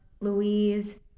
Louise